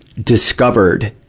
discovered,